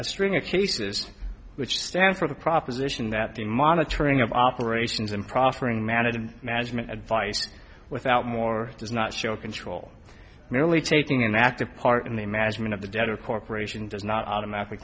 a string of cases which stand for the proposition that the monitoring of operations and proffering management management advice without more does not show control merely taking an active part in the management of the debt or corporation does not automatically